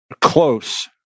Close